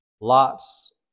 lots